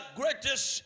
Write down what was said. greatest